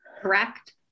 Correct